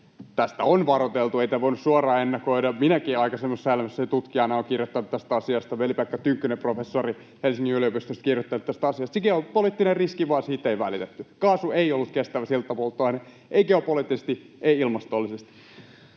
Tästä on varoiteltu, ei tätä voinut suoraan ennakoida. Minäkin aikaisemmassa elämässäni tutkijana olen kirjoittanut tästä asiasta. Veli-Pekka Tynkkynen, professori Helsingin yliopistosta, on kirjoittanut tästä asiasta. Se oli geopoliittinen riski, vaan siitä ei välitetty. Kaasu ei ollut kestävä siltapolttoaine: ei geopoliittisesti, ei ilmastollisesti.